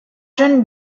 jeunes